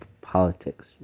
Politics